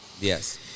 yes